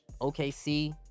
OKC